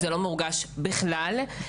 זה לא מורגש בכלל.